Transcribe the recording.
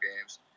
games